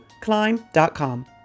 climb.com